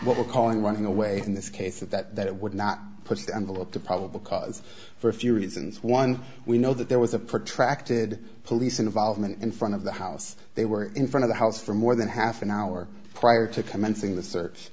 we're calling running away in this case that that that would not push the envelope to probable cause for a few reasons one we know that there was a protracted police involvement in front of the house they were in front of the house for more than half an hour prior to commencing the search